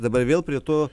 dabar vėl prie to